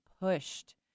pushed